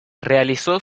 realizó